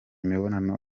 imibonano